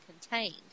contained